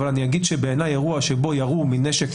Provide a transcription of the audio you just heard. אבל אני אגיד שבעיניי האירוע שבו ירו מנשק